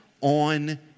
on